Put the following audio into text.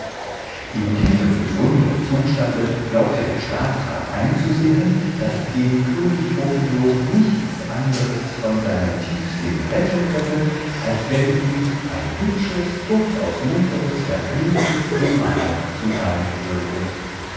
in diesem gesunden zustande glaubte der staatsrat einzusehen daß den könig ophioch nichts anderes von seinem tiefsinn retten könne als wenn ihm ein hübsches durchaus munteres vergnügtes gemahl zuteil würde